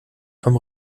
vom